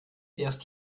erst